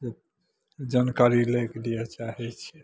से जानकारी लै कऽ लिअ चाहै छी